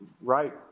right